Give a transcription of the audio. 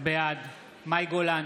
בעד מאי גולן,